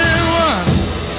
one